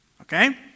okay